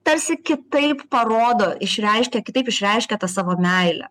tarsi kitaip parodo išreiškia kitaip išreiškia tą savo meilę